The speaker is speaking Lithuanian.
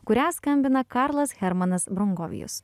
kurią skambina karlas hermanas brungovijus